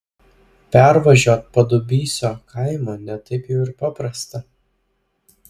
pervažiuot padubysio kaimą ne taip jau ir paprasta